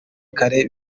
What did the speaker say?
kare